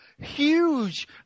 huge